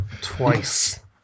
twice